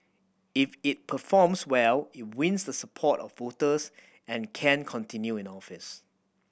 if it performs well it wins the support of voters and can continue in the office